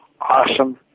awesome